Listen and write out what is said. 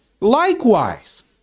likewise